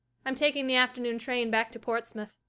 i'm taking the afternoon train back to portsmouth.